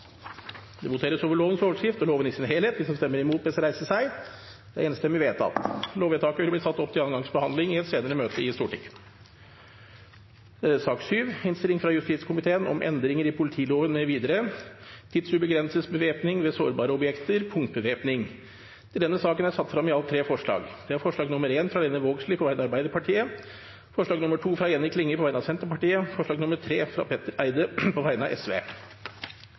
Det voteres over lovens overskrift og loven i sin helhet. Lovvedtaket vil bli satt opp til andre gangs behandling i et senere møte i Stortinget. Det voteres over lovens overskrift og loven i sin helhet. Lovvedtaket vil bli ført opp til andre gangs behandling i et senere møte i Stortinget. Under debatten er det satt frem i alt tre forslag. Det er forslag nr. 1, fra Lene Vågslid på vegne av Arbeiderpartiet forslag nr. 2, fra Jenny Klinge på vegne av Senterpartiet forslag nr. 3, fra Petter Eide på vegne av